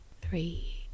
three